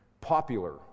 popular